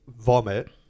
vomit